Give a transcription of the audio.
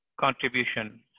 contribution